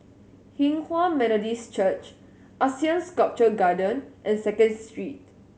Hinghwa Methodist Church ASEAN Sculpture Garden and Second Street